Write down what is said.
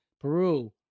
Peru